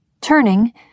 Turning